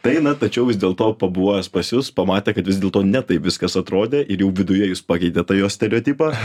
tai na tačiau vis dėlto pabuvojęs pas jus pamatė kad vis dėlto ne taip viskas atrodė ir jau viduje jūs pakeitėt tą jo stereotipą